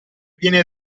viene